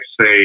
say